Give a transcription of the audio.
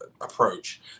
approach